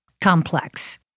complex